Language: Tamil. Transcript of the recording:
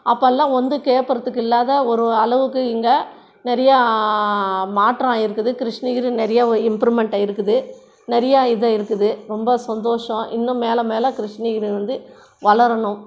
அப்போலாம் வந்து கேட்குறதுக்கு இல்லாத ஒரு அளவுக்கு இங்கே நிறையா மாற்றம் ஆயிருக்குது கிருஷ்ணகிரி நிறையா இம்ப்ரூவ்மெண்ட்டாயிருக்குது நிறையா இதாயிருக்குது ரொம்ப சந்தோஷம் இன்னும் மேலே மேலே கிருஷ்ணகிரி வந்து வளரணும்